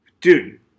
Dude